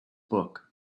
book